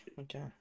Okay